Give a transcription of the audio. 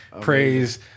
Praise